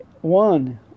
one